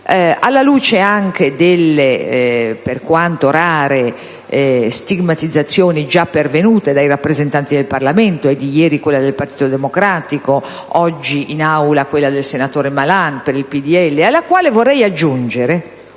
alla luce delle per quanto rare stigmatizzazioni già pervenute dai rappresentanti del Parlamento: è di ieri quella del Partito Democratico, è di oggi, in Aula, quella del senatore Malan per il PdL. Vorrei aggiungere